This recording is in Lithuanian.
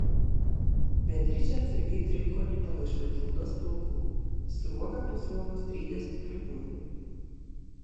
beatričė atsargiai trinko lipalą iš matildos plaukų sruogą po sruogos trynė stipriu muilu